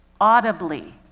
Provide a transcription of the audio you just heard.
audibly